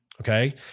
okay